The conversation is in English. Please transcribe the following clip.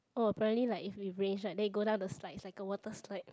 oh apparently like if it rains right then it go down the slides it's like a water slide